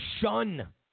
shun